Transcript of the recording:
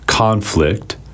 conflict